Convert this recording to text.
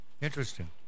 Interesting